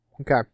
Okay